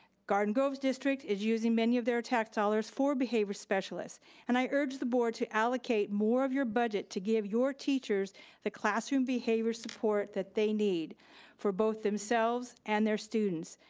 garden grove's district is using many of their tax dollars for behavior specialists and i urge the board to allocate more of your budget to give your teachers the classroom behavior support that they need for both themselves and their students.